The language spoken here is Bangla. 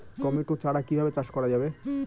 টমেটো চারা কিভাবে চাষ করা যাবে?